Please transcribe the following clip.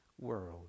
world